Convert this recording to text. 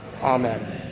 Amen